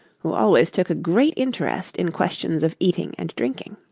who always took a great interest in questions of eating and drinking.